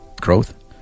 growth